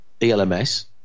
ELMS